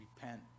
Repent